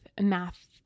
math